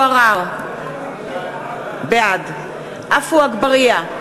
עראר, בעד עפו אגבאריה,